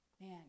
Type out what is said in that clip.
Man